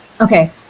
Okay